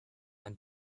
and